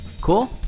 Cool